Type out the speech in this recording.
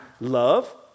love